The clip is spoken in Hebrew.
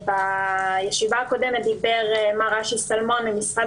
בישיבה הקודמת דיבר מר אשי סלמון ממשרד